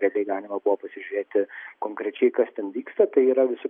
realiai galima buvo pasižiūrėti konkrečiai kas ten vyksta tai yra visų